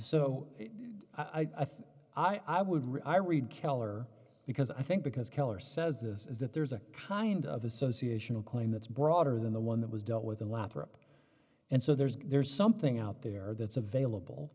so i think i would rather i read keller because i think because keller says this is that there's a kind of association a claim that's broader than the one that was dealt with in lothrop and so there's there's something out there that's available